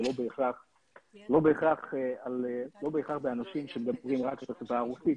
ולא בהכרח באנשים שמדברים רק את השפה הרוסית.